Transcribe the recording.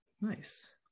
nice